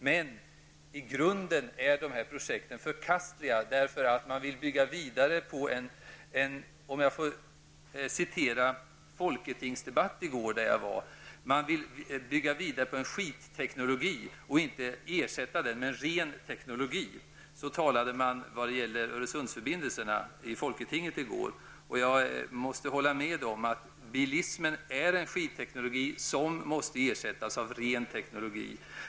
Men i grunden är dessa projekt förkastliga, eftersom man vill bygga vidare på ''en skitteknologi'' i stället för att ersätta den med en ren teknologi, för att citera vad som sades i en debatt i går i Folketinget, som jag var närvarande vid. Så sade man nämligen i Folketinget i går angående Öresundsförbindelserna. Jag måste hålla med om att bilismen är en ''skitteknologi'' som måste ersättas av ren teknologi.